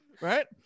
right